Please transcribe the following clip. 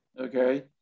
Okay